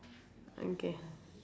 okay